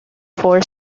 four